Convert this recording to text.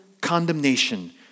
condemnation